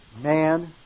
man